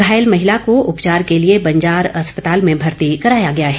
घायल महिला को उपचार के लिए बंजार अस्पताल में भर्ती कराया गया है